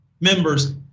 members